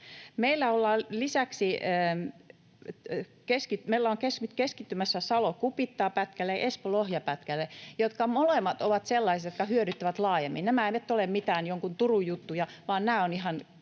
lisäksi keskittymässä Salo—Kupittaa-pätkälle ja Espoo—Lohja-pätkälle, jotka molemmat ovat sellaisia, jotka hyödyttävät laajemmin. Nämä eivät ole mitään jonkun Turun juttuja, vaan nämä on ihan tarkasti